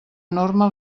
norma